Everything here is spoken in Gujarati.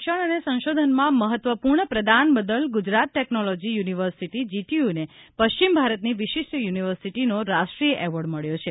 શિક્ષણ અને સંશોધનમાં મહત્વપૂર્ણ પ્રદાન બદલ ગુજરાત ટેકનોલોજી યુનિવર્સિટી જીટીયુને પશ્ચિમ ભારતની વિશિષ્ટ યુનિવસિટીનો રાષ્ટ્રીય એવોર્ડ મળ્યો છે